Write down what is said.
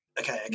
Okay